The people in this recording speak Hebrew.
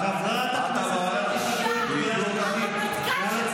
חברת הכנסת פרקש הכהן, קריאה